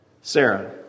Sarah